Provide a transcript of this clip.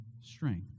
strength